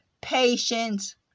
patience